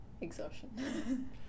Exhaustion